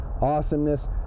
awesomeness